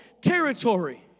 territory